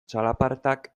txalapartak